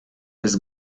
jest